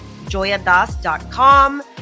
joyadas.com